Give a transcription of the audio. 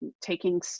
taking